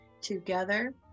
together